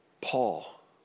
Paul